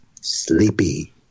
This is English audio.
sleepy